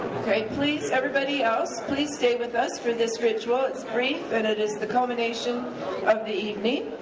okay, please, everybody else, please stay with us for this ritual. it's brief, and it is the culmination of the evening.